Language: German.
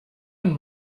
und